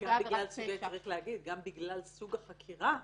גם בגלל סוג החקירה,